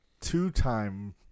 two-time